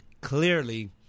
clearly